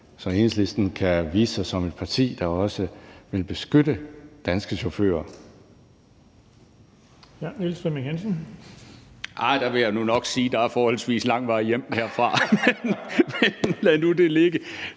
så Enhedslisten kan vise sig som et parti, der også vil beskytte danske chauffører.